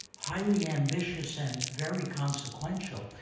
highly ambitious, and very consequential,